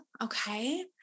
Okay